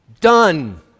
done